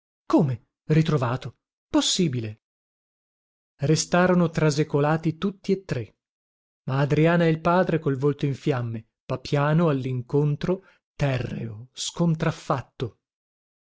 come ritrovato possibile restarono trasecolati tutti e tre ma adriana e il padre col volto in fiamme papiano allincontro terreo scontraffatto